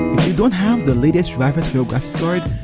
you don't have the latest drivers for your graphics card,